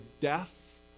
death